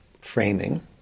framing